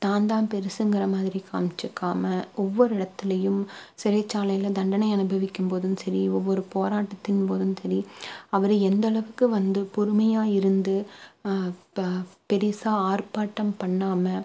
தான் தான் பெருசுங்கிற மாதிரி காமிச்சுக்காமல் ஒவ்வொரு இடத்துலையும் சிறைச்சாலையில் தண்டனையை அனுபவிக்கும் போதும் சரி ஒவ்வொரு போராட்டத்தின் போதும் சரி அவர் எந்த அளவுக்கு வந்து பொறுமையாக இருந்து ப பெருசாக ஆர்ப்பாட்டம் பண்ணாமல்